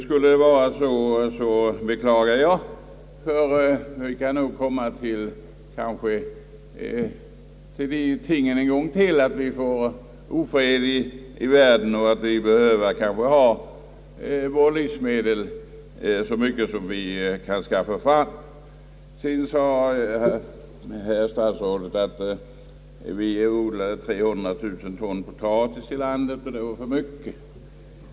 Skulle det vara så, då beklagar jag oss, ty vi kan nog komma i den situationen en gång till att det blir ofred i världen och att vi behöver ha en så stor egen livsmedelsproduktion som möjligt. Vidare förklarade statsrådet att vi odlade 300 000 ton potatis i landet och att det var för mycket.